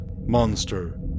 Monster